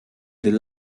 del